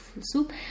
soup